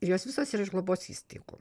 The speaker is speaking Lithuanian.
ir jos visos yra iš globos įstaigų